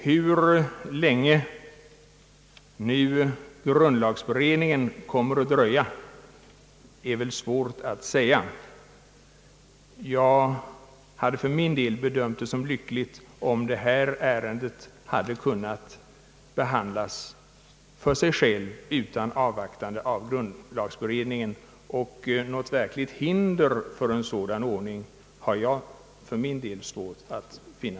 Hur länge nu grundlagberedningen kommer att dröja, är det svårt att säga. Jag hade för min del bedömt som lyckligt om detta ärende hade kunnat behandlas för sig självt utan avvaktande av grundlagberedningens resultat, och något verkligt hinder för en sådan ordning har jag för min del svårt att finna.